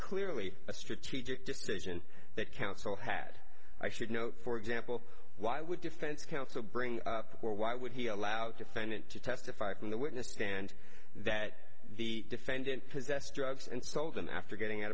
clearly a strategic decision that counsel had i should note for example why would defense counsel bring up or why would he allow defendant to testify from the witness stand that the defendant possessed drugs and sold them after getting out